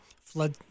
flood